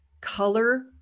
color